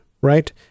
right